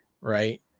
right